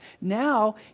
now